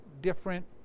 different